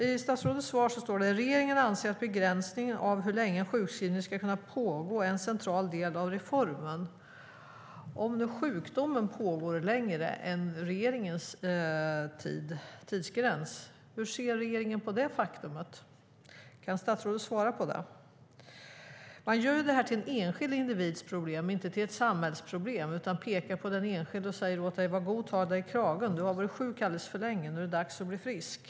I statsrådets svar sade han att "regeringen anser att begränsningen av hur länge en sjukskrivning ska kunna pågå är en central del av reformen". Om nu sjukdomen pågår längre än regeringens tidsgräns, hur ser regeringen på det faktumet? Kan statsrådet svara på det? Man gör det här till den enskilda individens problem och inte ett samhällsproblem. Man pekar på den enskilde och säger: Var god ta dig i kragen, du har varit sjuk alldeles för länge; nu är det dags att bli frisk.